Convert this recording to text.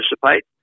participate